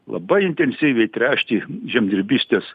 labai intensyviai tręšti žemdirbystės